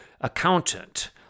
accountant